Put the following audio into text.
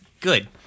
Good